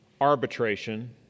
arbitration